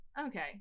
okay